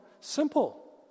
Simple